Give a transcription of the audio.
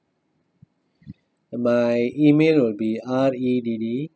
my email will be R E D D